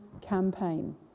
campaign